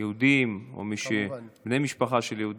יהודים או בני משפחה של יהודים,